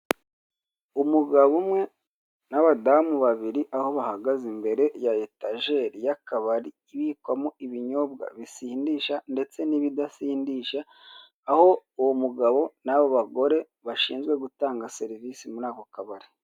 Umugabo umwe n'abadamu babiri, aho bahagaze imbere ya etajeri y'akabari, ibikwamo ibinyobwa bisindisha ndetse n'ibidasindisha, aho uwo mugabo n'abo bagore bashinzwe gutanga serivisi muri ako kabari.